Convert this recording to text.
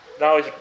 now